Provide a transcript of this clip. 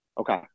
Okay